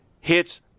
hits